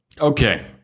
Okay